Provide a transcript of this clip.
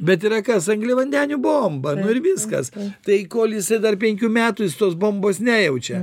bet yra kas angliavandenių bomba nu ir viskas tai kol jisai dar penkių metų jis tos bombos nejaučia